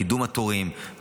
קידום התורים,